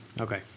Okay